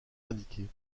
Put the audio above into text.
indiquées